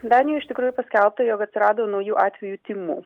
danijoj iš tikrųjų paskelbta jog atsirado naujų atvejų tyrimų